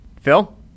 Phil